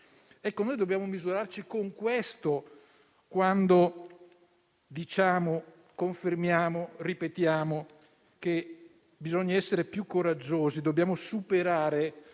attuale. Dobbiamo misurarci con questo quando diciamo, confermiamo e ripetiamo che bisogna essere più coraggiosi. Dobbiamo superare